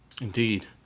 Indeed